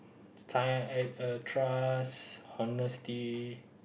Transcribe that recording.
ti~ eh uh trust honesty